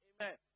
Amen